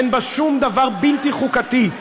אין בה שום דבר בלתי חוקתי.